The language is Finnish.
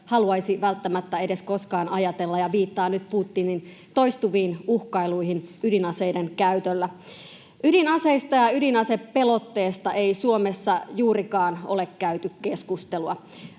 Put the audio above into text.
haluaisi välttämättä edes koskaan ajatella, ja viittaan nyt Putinin toistuviin uhkailuihin ydinaseiden käytöllä. Ydinaseista ja ydinasepelotteesta ei Suomessa juurikaan ole käyty keskustelua,